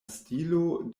stilo